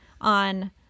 on